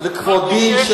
הרבנים.